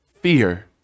fear